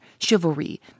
chivalry